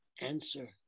answer